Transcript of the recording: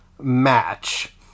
match